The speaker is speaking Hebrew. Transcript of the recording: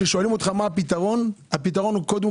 כששואלים אותך מה הפתרון הפתרון הוא קודם